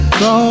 go